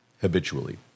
habitually